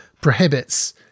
prohibits